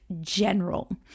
general